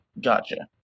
Gotcha